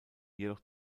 jedoch